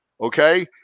Okay